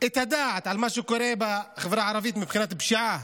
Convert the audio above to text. את הדעת על מה שקורה בחברה הערבית מבחינת הפשיעה.